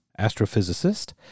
astrophysicist